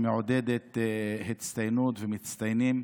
שמעודדת הצטיינות ומצטיינים,